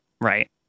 Right